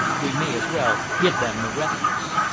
we may as well give them the refuse.